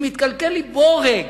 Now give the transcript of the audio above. אם יתקלקל לי בורג